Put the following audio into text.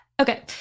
Okay